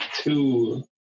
two